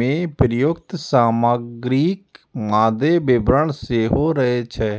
मे प्रयुक्त सामग्रीक मादे विवरण सेहो रहै छै